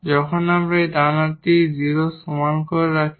যখন আমরা এই ডান হাতটি 0 এর সমান করে রাখি